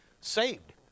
saved